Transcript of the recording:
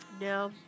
No